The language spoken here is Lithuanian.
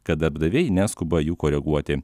kad darbdaviai neskuba jų koreguoti